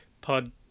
pod